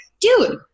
dude